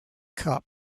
cup